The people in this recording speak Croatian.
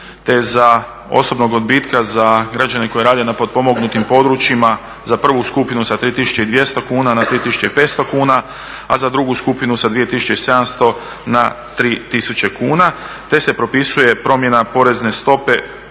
te za osobnog odbitka za građane koji rade na potpomognutim područjima za prvu skupinu sa 3200 kuna na 3500 kuna, a za drugu skupinu sa 2700 na 3000 kuna te se propisuje promjena porezne stope